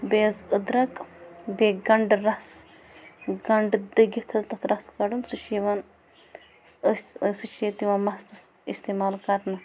بیٚیہِ حظ أدرَک بیٚیہِ گَنٛڈٕ رَس گَنٛڈٕ دٔگِتھ حظ تَتھ رَس کَڑُن سُہ چھِ یِوان أسۍ أسۍ سُہ چھِ ییٚتہِ یِوان مَستَس اِستعمال کَرنہٕ